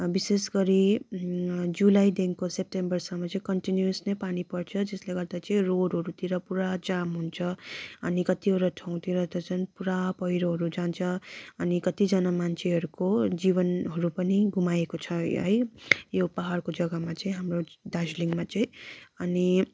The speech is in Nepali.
विशेष गरी जुलाईदेखिको सेप्टेम्बरसम्म चाहिँ कन्टिनिउस नै पानी पर्छ जसले गर्दा चाहिँ रोडहरूतिर पुरा जाम हुन्छ अनि कतिवटा ठाउँतिर त झन् पुरा पहिरोहरू जान्छ अनि कतिजना मान्छेहरूको जीवनहरू पनि गुमाएको छ है यो पाहाडको जग्गामा चाहिँ हाम्रो दार्जिलिङमा चाहिँ अनि